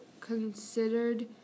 considered